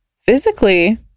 Physically